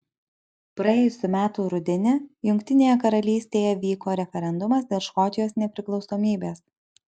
praėjusių metų rudenį jungtinėje karalystėje vyko referendumas dėl škotijos nepriklausomybės